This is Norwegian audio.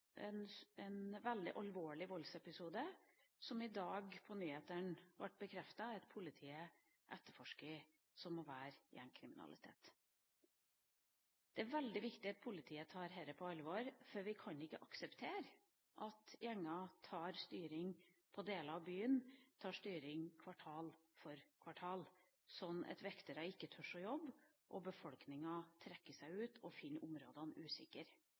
veldig alvorlig voldsepisode, som det i dag på nyhetene ble bekreftet at politiet etterforsker som gjengkriminalitet. Det er veldig viktig at politiet tar dette på alvor, for vi kan ikke akseptere at gjenger tar styring over deler av byen, tar styring over kvartal for kvartal, slik at vektere ikke tør å jobbe, og befolkninga trekker seg ut og finner områdene